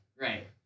Right